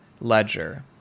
ledger